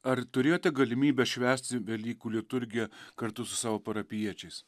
ar turėjote galimybę švęsti velykų liturgiją kartu su savo parapijiečiais